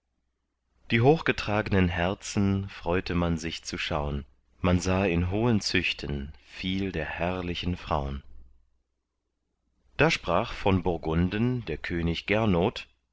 die hochgetragnen herzen freute man sich zu schaun man sah in hohen züchten viel der herrlichen fraun da sprach von burgunden der könig gernot